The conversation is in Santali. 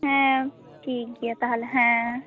ᱦᱮᱸ ᱴᱷᱤᱠ ᱜᱮᱭᱟ ᱛᱟᱦᱚᱞᱮ ᱦᱮᱸ